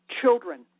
children